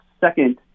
second